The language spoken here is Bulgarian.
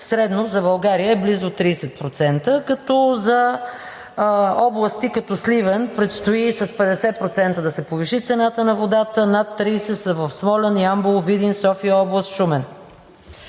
средно за България е близо 30%. За области като Сливен предстои с 50% да се повиши цената на водата, над 30% са в Смолян, Ямбол, Видин, София – област, Шумен.